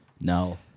No